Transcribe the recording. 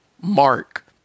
mark